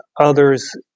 others